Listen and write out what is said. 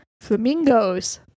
flamingos